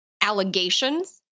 allegations